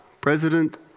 president